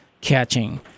catching